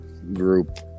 group